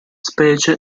specie